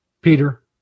Peter